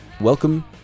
welcome